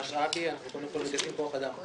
אנחנו קודם כול מגייסים כוח אדם.